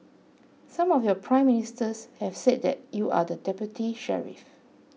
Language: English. some of your Prime Ministers have said that you are the deputy sheriff